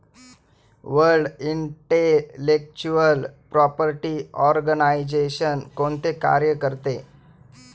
World Intellectual Property Organisation कोणते कार्य करते?